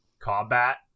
combat